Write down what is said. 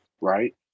right